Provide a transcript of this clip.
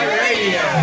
radio